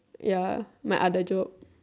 ya my other job